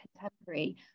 contemporary